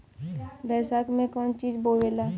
बैसाख मे कौन चीज बोवाला?